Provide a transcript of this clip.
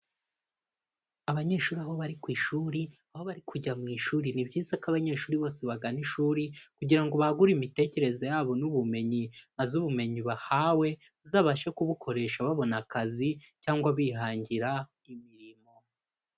Abanyeshuri aho bari ku ishuri, aho bari kujya mu ishuri. Ni byiza ko abanyeshuri bose bagana ishuri kugira ngo bagure imitekerereze yabo n'ubumenyi, azi ubumenyi bahawe zabashe kubukoresha babona akazi cyangwa bihangira imirimo.